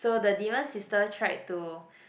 so the demon sister tried to